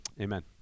Amen